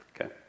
Okay